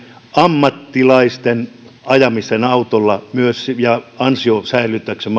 ammattilaisten autolla ajamisen ja yrittäjille ansion säilyttämisen